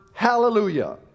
hallelujah